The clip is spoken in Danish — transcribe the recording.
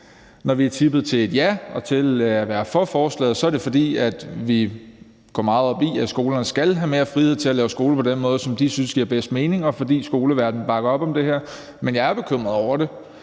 Når vi er tippet til et ja og til at være for forslaget, er det, fordi vi går meget op i, at skolerne skal have mere frihed til at lave skole på den måde, som de synes giver bedst mening, og fordi skoleverdenen bakker op om det her. Men jeg er bekymret over det,